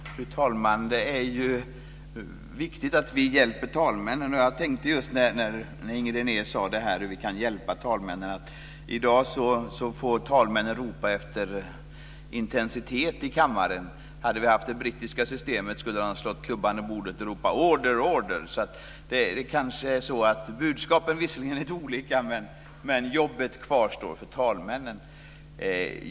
Fru talman! Det är viktigt att vi hjälper talmännen. När Inger René nämnde detta om hur vi kan hjälpa talmännen tänkte jag på att i dag får talmännen ropa efter intensitet i kammaren. Om vi hade haft det brittiska systemet skulle de slagit klubban i bordet och ropat: Order! Order! Det kanske är så att budskapen visserligen är lite olika, men jobbet kvarstår för talmännen.